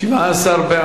ממאסר (תיקון שחרור אסירים שפעלו על רקע לאומני),